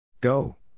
Go